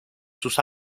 sus